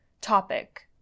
topic